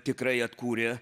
tikrai atkūrė